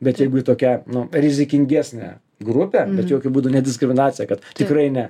bet jeigu tokia nu rizikingesnė grupė bet jokiu būdu nediskriminacija kad tikrai ne